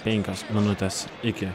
penkios minutes iki